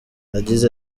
yagize